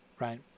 right